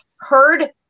heard